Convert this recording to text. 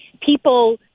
people